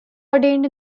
ordained